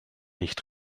nicht